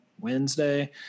Wednesday